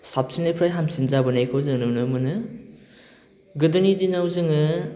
साबसिननिफ्राय हामसिन जाबोनायखौ जों नुनो मोनो गोदोनि दिनाव जोङो